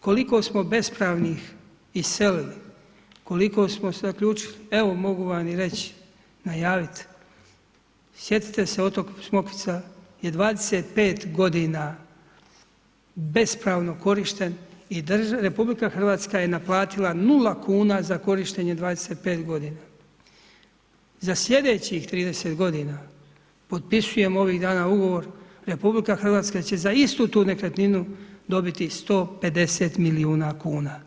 Koliko smo bespravnih iselili, koliko smo se uključili, evo, mogu vam reći, najaviti, sjetite se otok Smokvica, je 25 g. bespravno korišten i RH je naplatila 0 kn za korištenje 25 g. Za sljedećih 30 g. potpisujemo ovih dana ugovor RH će za istu tu nekretninu dobiti 150 milijuna kuna.